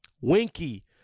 Winky